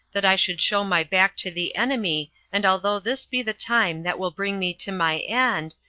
that i should show my back to the enemy and although this be the time that will bring me to my end,